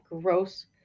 gross